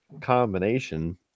combination